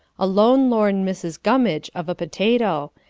a lone lorn mrs. gummidge of a potato,